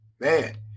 Man